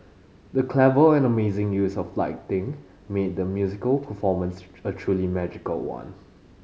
the clever and amazing use of lighting made the musical performance a truly magical one